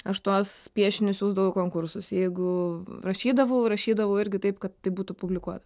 aš tuos piešinius siųsdavau į konkursus jeigu rašydavau rašydavau irgi taip kad tai būtų publikuota